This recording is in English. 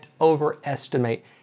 overestimate